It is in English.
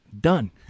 done